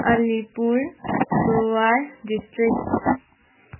Alipurduar district